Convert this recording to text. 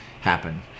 happen